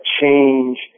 change